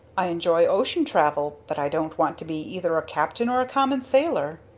i enjoy ocean travel, but i don't want to be either a captain or a common sailor!